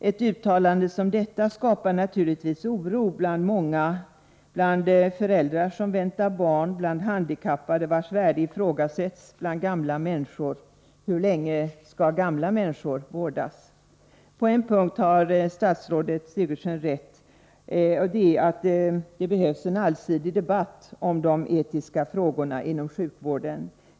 Ett uttalande som detta skapar naturligtvis oro bland många, bland föräldrar som väntar barn, bland handikappade vars värde ifrågasätts, bland gamla människor. Hur länge skall gamla människor vårdas? På en punkt har statsrådet Sigurdsen rätt, att det behövs en allsidig debatt om de etiska frågorna inom sjukvården.